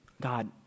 God